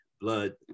blood